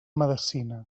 medecina